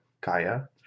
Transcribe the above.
Kaya